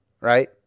right